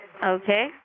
Okay